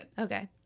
Okay